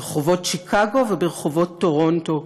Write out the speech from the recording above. ברחובות שיקגו וברחובות טורונטו,